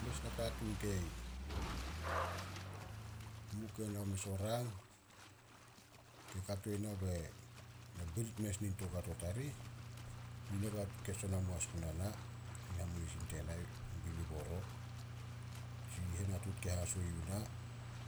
Mes nakatuun kei, muk yena o mes o rang, ke kato na be na birit mes nin toukato tarih, i nakatuun ke son hamua as guna na, in hamunisin tena e Bily Boro. Tsi henatuut haso yuh ena